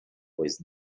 pois